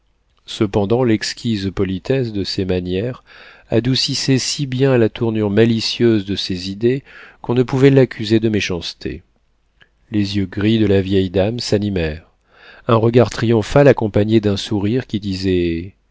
cependant l'exquise politesse de ses manières adoucissait si bien la tournure malicieuse de ses idées qu'on ne pouvait l'accuser de méchanceté les yeux gris de la vieille dame s'animèrent un regard triomphal accompagné d'un sourire qui disait